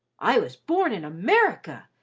i was born in america,